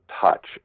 touch